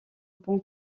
pont